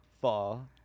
Fall